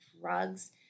drugs